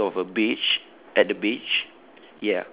it's a picture of a beach at the beach